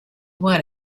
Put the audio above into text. what